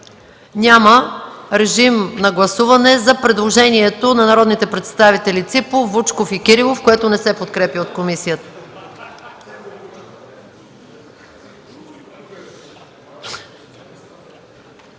Няма. Подлагам на гласуване предложението на народните представители Ципов, Вучков и Кирилов, което не се подкрепя от комисията.